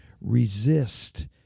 resist